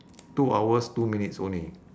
two hours two minutes only